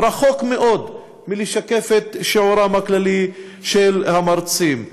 רחוק מאוד מלשקף את שיעורם הכללי של המרצים.